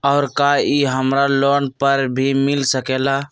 और का इ हमरा लोन पर भी मिल सकेला?